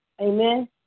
Amen